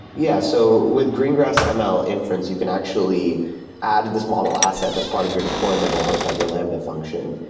yeah. so with greengrass and ml inference, you can actually add this model asset as part of your deployment alongside your lambda function,